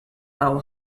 lowell